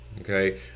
Okay